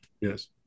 Yes